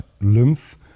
lymph